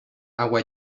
agua